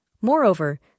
Moreover